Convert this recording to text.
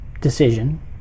decision